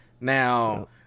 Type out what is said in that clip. Now